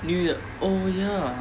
new ya oh ya